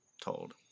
told